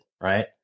Right